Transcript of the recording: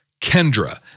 Kendra